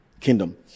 Kingdom